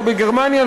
לא בגרמניה,